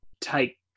take